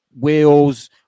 wheels